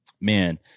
man